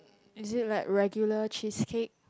is it like regular cheesecake